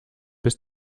bis